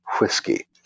Whiskey